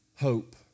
hope